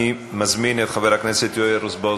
התשע"ה 2015. אני מזמין את חבר הכנסת יואל רזבוזוב.